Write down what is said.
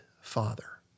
father